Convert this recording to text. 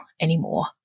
anymore